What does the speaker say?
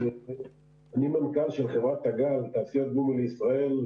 אני מנכ"ל של חברת תג"ל, תעשיות גומי לישראל.